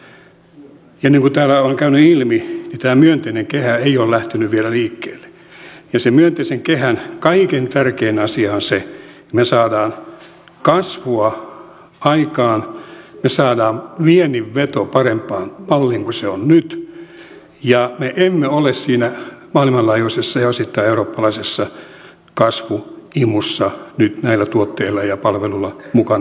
niin kuin täällä on käynyt ilmi tämä myönteinen kehä ei ole lähtenyt vielä liikkeelle ja se myönteisen kehän kaikkein tärkein asia on se että me saamme kasvua aikaan me saamme viennin vedon parempaan malliin kuin se on nyt ja me emme ole siinä maailmanlaajuisessa ja osittain eurooppalaisessa kasvuimussa mukana nyt näillä tuotteilla ja palveluilla joita me viemme